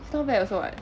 it's not bad also [what]